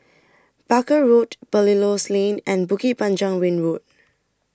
Barker Road Belilios Lane and Bukit Panjang Ring Road